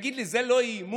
תגיד לי, זה לא אי-אמון?